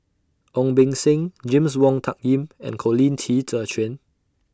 Ong Beng Seng James Wong Tuck Yim and Colin Qi Zhe Quan